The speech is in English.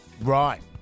Right